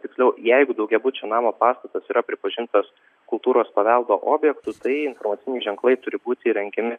tiksliau jeigu daugiabučio namo pastatas yra pripažintas kultūros paveldo objektu tai informaciniai ženklai turi būti įrengiami